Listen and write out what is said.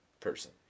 person